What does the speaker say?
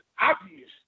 obvious